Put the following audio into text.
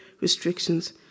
restrictions